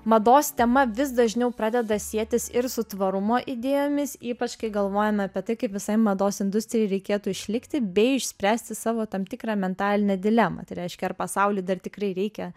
mados tema vis dažniau pradeda sietis ir su tvarumo idėjomis ypač kai galvojame apie tai kaip visai mados industrijai reikėtų išlikti bei išspręsti savo tam tikrą mentalinę dilemą tai reiškia ar pasauliui dar tikrai reikia